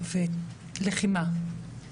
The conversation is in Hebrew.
ולחימה.